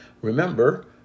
Remember